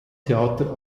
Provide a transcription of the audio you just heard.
theater